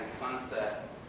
Sunset